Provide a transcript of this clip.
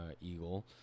eagle